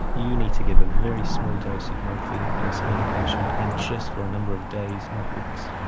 you need to give a very small dose of morphine-based medication, and just for a number of days, not weeks.